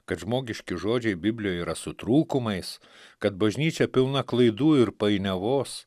kad žmogiški žodžiai biblijoj yra su trūkumais kad bažnyčia pilna klaidų ir painiavos